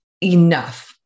enough